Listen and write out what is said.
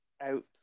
out